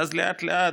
ואז לאט-לאט,